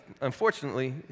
unfortunately